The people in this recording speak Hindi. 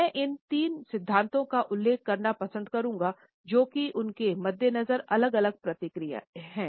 मैं इन तीन सिद्धांतों का उल्लेख करना पसंद करुंगा जो कि उनके मद्देनज़र अलग अलग प्रतिक्रियाएँ हैं